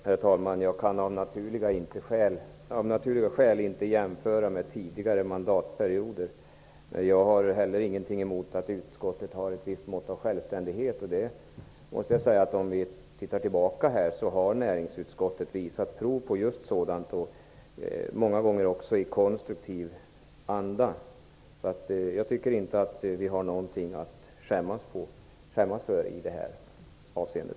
Herr talman! Jag kan av naturliga skäl inte jämföra med tidigare mandatperioder. Men jag har heller ingenting emot att utskottet utövar ett visst mått av självständighet. Näringsutskottet har visat prov på självständighet, många gånger i konstruktiv anda. Jag tycker inte att vi har någonting att skämmas för i det avseendet.